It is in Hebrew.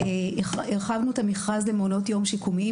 הרחבנו את המכרז למעונות יום שיקומיים.